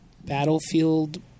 Battlefield